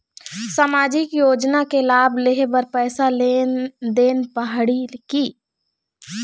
सामाजिक योजना के लाभ लेहे बर पैसा देना पड़ही की?